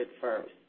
first